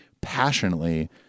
passionately